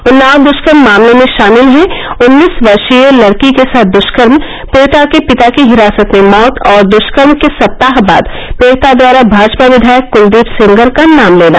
उन्नाव दृष्कर्म मामले में शामिल है उन्नीस वर्षीय लड़की के साथ दष्कर्म पीडिता के पिता की हिरासत में मौत और दृष्कर्म के सप्ताह बाद पीडिता द्वारा भाजपा विधायक कलदीप सेंगर का नाम लेना